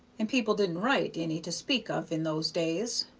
and people didn't write any to speak of in those days.